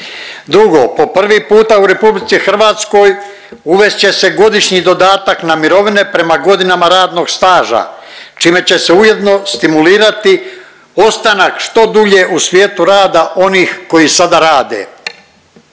2. po prvi puta u RH uvest će se godišnji dodatak na mirovine prema godinama radnog staža čime će se ujedno stimulirati ostanak što dulje u svijetu rada onih koji sada rade,